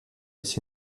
its